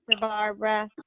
Barbara